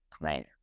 right